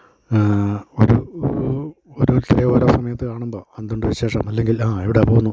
ഒരു ഒരു ഓരോരുത്തരെ ഓരോ സമയത്ത് കാണുമ്പോൾ എന്തുണ്ട് വിശേഷം അല്ലെങ്കിൽ ആ എവിടെ പോകുന്നു